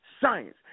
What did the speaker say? science